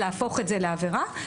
להפוך את זה לעבירה.